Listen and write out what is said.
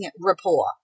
rapport